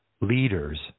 leaders